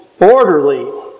orderly